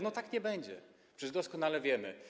No tak nie będzie, przecież doskonale wiemy.